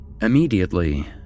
Immediately